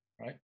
right